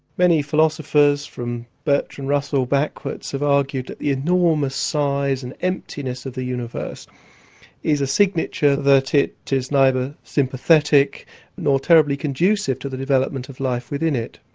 many philosophers, from bertrand russell backwards, have argued that the enormous size and emptiness of the universe is a signature that it is neither sympathetic nor terribly conducive to the development of life within it.